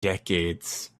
decades